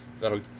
That'll